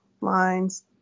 lines